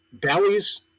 bellies